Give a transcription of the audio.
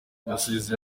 yasezeye